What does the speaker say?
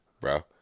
bro